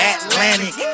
Atlantic